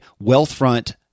Wealthfront